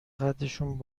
قدشون